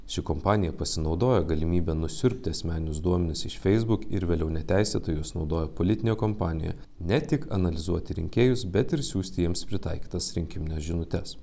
ši kompanija pasinaudojo galimybe nusiurbti asmeninius duomenis iš facebook ir vėliau neteisėtai juos naudojo politinėje kompanijoje ne tik analizuoti rinkėjus bet ir siųsti jiems pritaikytas rinkimines žinutes